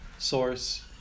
Source